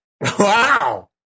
Wow